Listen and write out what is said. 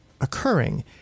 occurring